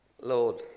Lord